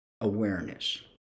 awareness